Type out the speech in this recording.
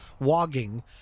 walking